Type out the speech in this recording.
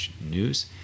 news